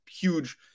huge